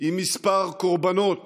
עם מספר קורבנות